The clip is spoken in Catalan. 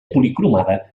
policromada